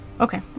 Okay